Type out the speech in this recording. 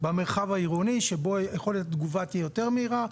במרחב העירוני שבו יכולת התגובה תהיה יותר מהירה.